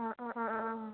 ആ ആ ആ ആ ആ